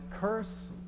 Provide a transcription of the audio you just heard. curse